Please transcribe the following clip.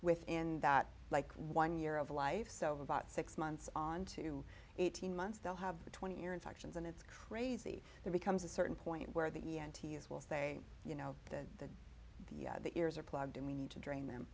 within that like one year of life so about six months on to eighteen months they'll have a twenty year infections and it's crazy there becomes a certain point where the n t is will say you know the the the ears are plugged and we need to drain them